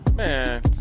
man